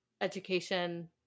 education